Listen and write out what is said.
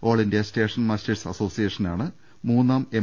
all India station masters അസോസിയേഷനാണ് മൂന്നാം M